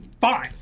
fine